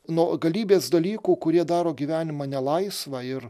nuo galybės dalykų kurie daro gyvenimą nelaisvą ir